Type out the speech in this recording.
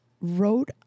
wrote